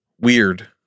Weird